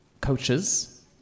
coaches